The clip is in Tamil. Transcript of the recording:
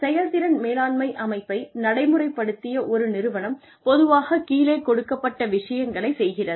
செயல்திறன் மேலாண்மை அமைப்பை நடைமுறைப்படுத்திய ஒரு நிறுவனம் பொதுவாகக் கீழே கொடுக்கப்பட்ட விஷயங்களைச் செய்கிறது